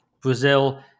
Brazil